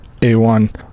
A1